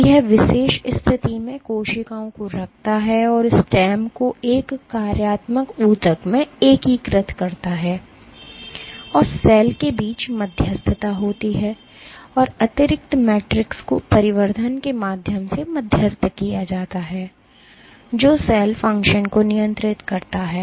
तो यह विशेष स्थिति में कोशिकाओं को रखता है और स्टेम को एक कार्यात्मक ऊतक में एकीकृत करता है और सेल के बीच मध्यस्थता होती है और अतिरिक्त मैट्रिक्स को परिवर्धन के माध्यम से मध्यस्थ किया जाता है जो सेल फ़ंक्शन को नियंत्रित करता है